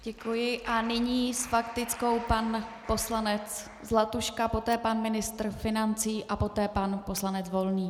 Děkuji a nyní s faktickou pan poslanec Zlatuška, poté pan ministr financí a poté pan poslanec Volný.